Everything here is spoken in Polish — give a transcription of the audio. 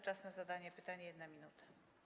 Czas na zadanie pytania - 1 minuta.